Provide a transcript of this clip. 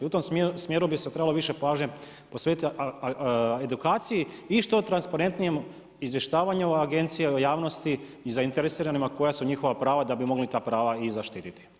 I u tom smjeru bi se trebalo više pažnje posvetiti edukaciji i što transparentnijem izvještavanju agencije o javnosti i zainteresiranima koja su njihova prava da bi mogli ta prava i zaštiti.